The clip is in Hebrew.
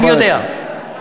אני יודע,